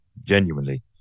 Genuinely